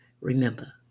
Remember